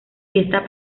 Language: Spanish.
fiesta